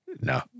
No